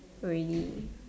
ready